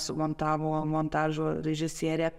sumontavo montažo režisierė